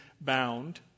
bound